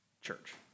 church